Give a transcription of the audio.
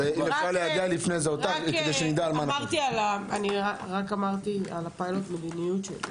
אני רק אמרתי על פיילוט המדיניות שלי.